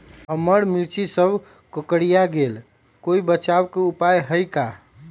हमर मिर्ची सब कोकररिया गेल कोई बचाव के उपाय है का?